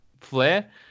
flair